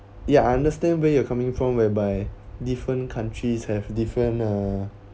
yeah I understand where you're coming from whereby different countries have different uh